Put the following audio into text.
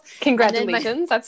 Congratulations